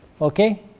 Okay